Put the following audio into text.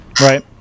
right